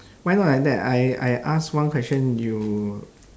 why not like that I I ask one question you